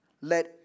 let